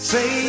Say